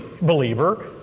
believer